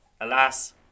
Alas